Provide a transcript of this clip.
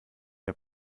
der